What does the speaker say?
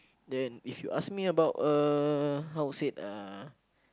then if you ask me about a how to say uh